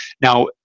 Now